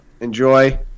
enjoy